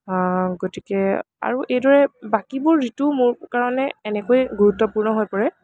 গতিকে আৰু এইদৰে বাকীবোৰ ঋতু মোৰ কাৰণে এনকৈয়ে গুৰুত্বপূৰ্ণ হৈ পৰে